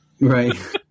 Right